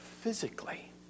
physically